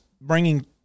bringing